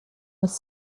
was